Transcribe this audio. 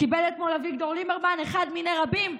קיבל אתמול אביגדור ליברמן, אחד מיני רבים?